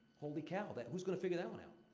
holy cow that who's gonna figure that one out?